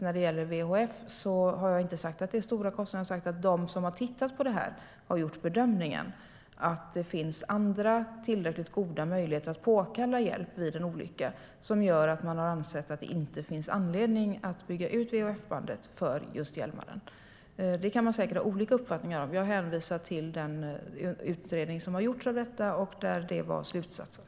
När det gäller VHF har jag inte sagt att det är stora kostnader. Jag har sagt att de som har tittat på detta har gjort bedömningen att det finns andra tillräckligt goda möjligheter att påkalla hjälp vid en olycka som gör att man har ansett att det inte finns anledning att bygga ut VHF-bandet för just Hjälmaren. Det kan man säkert ha olika uppfattningar om. Jag hänvisar till den utredning som har gjorts, där detta var slutsatsen.